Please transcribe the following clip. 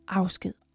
afsked